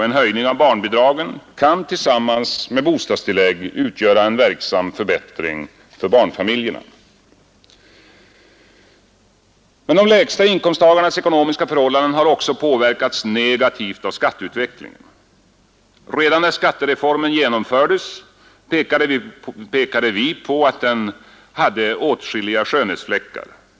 En höjning av barnbidragen kan tillsammans med förbättrade bostadstillägg utgöra en verksam förbättring för barnfamiljerna. De lägsta inkomsttagarnas ekonomiska förhållanden har också påverkats negativt av skatteutvecklingen. Redan när skattereformen genomfördes pekade vi på att den hade åtskilliga skönhetsfläckar.